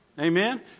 Amen